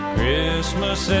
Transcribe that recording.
Christmas